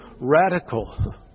radical